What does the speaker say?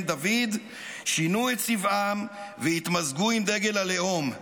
דוד שינו את צבעם והתמזגו עם דגל הלאום,